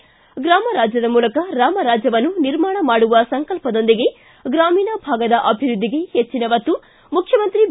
ಿ ಗ್ರಮ ರಾಜ್ಯದ ಮೂಲಕ ರಾಮ ರಾಜ್ಯವನ್ನು ನಿರ್ಮಾಣ ಮಾಡುವ ಸಂಕಲ್ಪದೊಂದಿಗೆ ಗ್ರಾಮೀಣ ಭಾಗದ ಅಭಿವೃದ್ದಿಗೆ ಹೆಚ್ಚಿನ ಒತ್ತು ಮುಖ್ಯಮಂತ್ರಿ ಬಿ